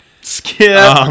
Skip